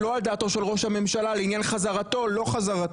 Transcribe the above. שלא על דעתו של ראש הממשלה לעניין חזרתו או לא חזרתו.